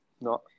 No